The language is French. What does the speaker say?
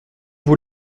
vous